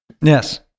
Yes